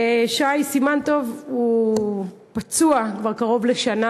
שי סימן טוב פצוע כבר קרוב לשנה,